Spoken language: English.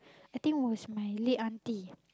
I think it was my late aunty